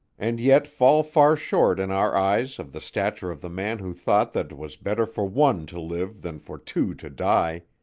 and yet fall far short in our eyes of the stature of the man who thought that twas better for one to live than for two to die,